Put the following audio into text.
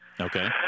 Okay